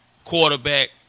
quarterback